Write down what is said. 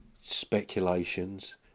speculations